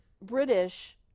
British